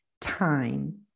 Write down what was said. time